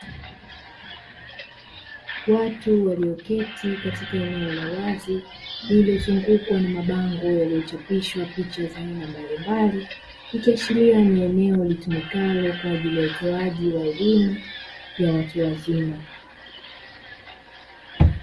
Watu walio keti katika eneo la wazi, lililozungukwa na mabango yaliyochapishwa picha za aina mbalimbali. Ikiashiria ni eneo litumikalo kwa ajili ya utoaji wa elimu ya watu wazima.